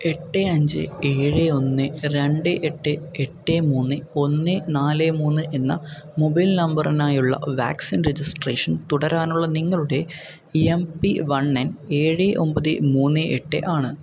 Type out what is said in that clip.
എട്ട് അഞ്ച് ഏഴ് ഒന്ന് രണ്ട് എട്ട് എട്ട് മൂന്ന് ഒന്ന് നാല് മൂന്ന് എന്ന മൊബൈൽ നമ്പറിനായുള്ള വാക്സിൻ രജിസ്ട്രേഷൻ തുടരാനുള്ള നിങ്ങളുടെ എം പി വൺ എൻ ഏഴ് ഒൻപത് മൂന്ന് എട്ട് ആണ്